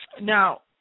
Now